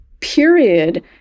period